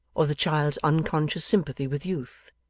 or the child's unconscious sympathy with youth.